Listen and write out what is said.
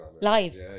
live